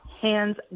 hands